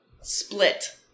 split